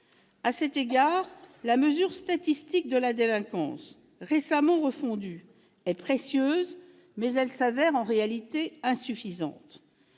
À cet égard, la mesure statistique de la délinquance, récemment refondue, est précieuse, mais elle s'avère insuffisante.